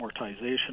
amortization